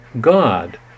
God